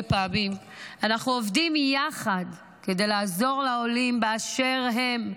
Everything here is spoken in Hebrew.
פעמים אנחנו עובדים יחד כדי לעזור לעולים באשר הם,